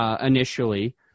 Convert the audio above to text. initially